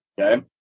Okay